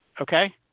Okay